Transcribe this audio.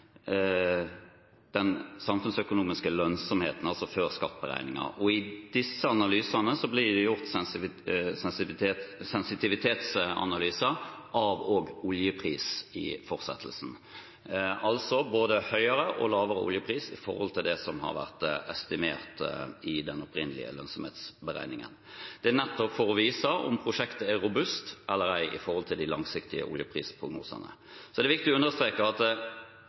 den samfunnsøkonomiske lønnsomheten – altså før-skatt-beregninger. I disse analysene blir det gjort sensitivitetsanalyser av oljepris også i fortsettelsen, altså både høyere og lavere oljepris i forhold til det som har vært estimert i den opprinnelige lønnsomhetsberegningen. Det er nettopp for å vise om prosjektet er robust eller ei i forhold til de langsiktige oljeprisprognosene. Det er viktig å understreke at